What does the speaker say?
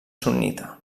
sunnita